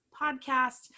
podcast